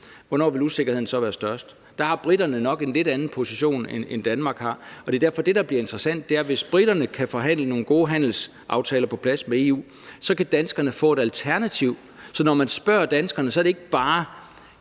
hvornår vil usikkerheden så være størst? Der har briterne nok en lidt anden position, end Danmark har. Derfor er det, der bliver interessant, at hvis briterne kan forhandle nogle gode handelsaftaler på plads med EU, kan danskerne få et alternativ. Så når man spørger danskerne, er det ikke bare